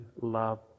love